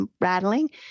rattling